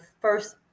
first